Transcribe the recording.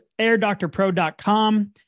airdoctorpro.com